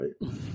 right